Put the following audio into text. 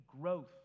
growth